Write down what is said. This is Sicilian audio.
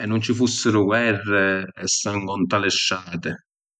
e nun ci fussiru guerri e sangu nta li strati.